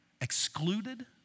excluded